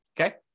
okay